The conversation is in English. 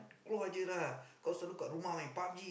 keluar je lah kau selalu kat rumah main Pub-G